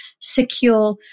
secure